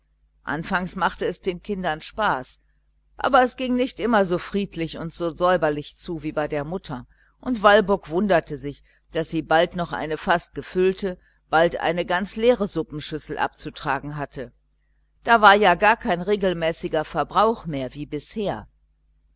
anfangs machte es den kindern spaß aber es ging nicht immer so friedlich und so säuberlich zu wie bei der mutter und walburg wunderte sich daß sie bald eine noch fast gefüllte bald eine ganz leere suppenschüssel abzutragen hatte da war gar kein regelmäßiger verbrauch mehr wie bisher